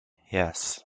yes